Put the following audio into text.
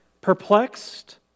Perplexed